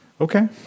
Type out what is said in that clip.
Okay